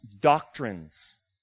doctrines